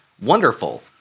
wonderful